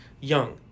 Young